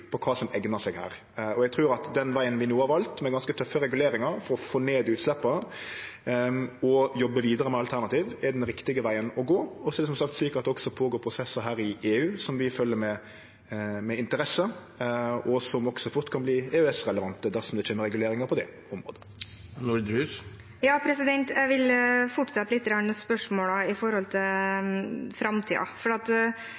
på kva som eignar seg. Og eg trur at den vegen vi no har valt, med ganske tøffe reguleringar for å få ned utsleppa og jobbe vidare med alternativ, er den rette vegen å gå. Og så er det som sagt også slik at det går føre seg prosessar i EU som vi følgjer med interesse, og som også fort kan verte EØS-relevante dersom det kjem reguleringar på det området. Jeg vil fortsette litt med spørsmål om framtiden, for